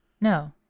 No